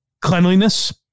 cleanliness